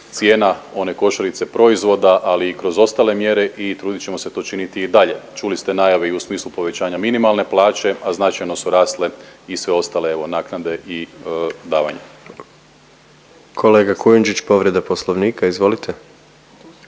cijena one košarice proizvoda, ali i kroz ostale mjere i trudit ćemo se to činiti i dalje. Čuli ste najave i u smislu povećanja minimalne plaće, a značajno su rasle i sve ostale evo naknade i davanja. **Jandroković, Gordan (HDZ)** Kolega Kujundžić povreda Poslovnika izvolite.